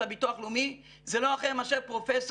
הביטוח הלאומי זה לא אחר מאשר פרופ'